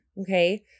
Okay